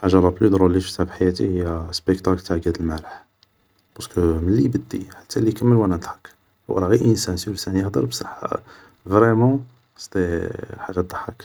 حاجة لا بلو درول اللي شفتها في حياتي هي سبيكتاكل تاع قاد المالح, بارسكو ملي يبدي حتى اللي يكمل ة انا نضحك, هو راه غي انسان سور سان يهدر, بصح فريمون سيتي حاجة ضحك